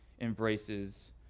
embraces